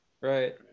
Right